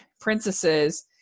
princesses